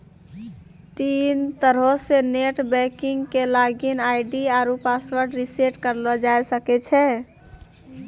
तीन तरहो से नेट बैंकिग के लागिन आई.डी आरु पासवर्ड रिसेट करलो जाय सकै छै